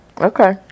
okay